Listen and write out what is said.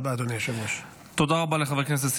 תודה רבה, אדוני היושב-ראש.